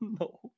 No